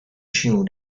june